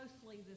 closely